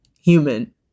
human